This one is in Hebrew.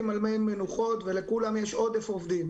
על מי מנוחות ולכולם יש עודף עובדים.